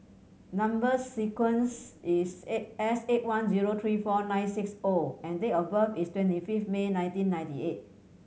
number sequence is S eight one zero three four nine six O and date of birth is twenty fifth May nineteen ninety eight